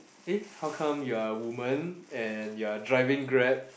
eh how come you are a woman and you are driving Grab